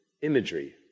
imagery